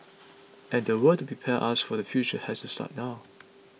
and the work to prepare us for the future has to start now